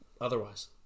otherwise